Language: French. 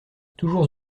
toujours